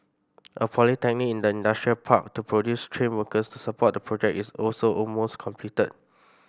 a polytechnic in the industrial park to produce trained workers to support the project is also almost completed